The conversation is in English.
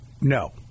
No